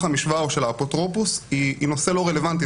המשוואה או של האפוטרופוס הוא נושא לא רלוונטי.